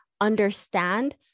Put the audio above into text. understand